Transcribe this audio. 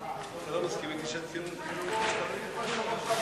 כי הונחו היום על שולחן